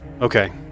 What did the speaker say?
okay